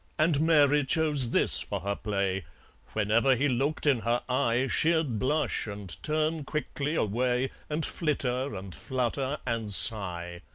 and mary chose this for her play whenever he looked in her eye she'd blush and turn quickly away, and flitter, and flutter, and sigh.